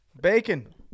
Bacon